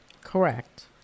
Correct